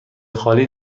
خالی